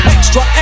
Extra